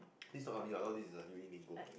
this is not army I thought this is a uni lingo